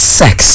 sex